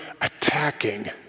attacking